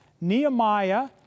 Nehemiah